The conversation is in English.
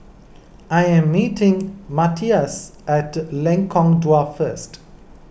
I am meeting Matias at Lengkong Dua first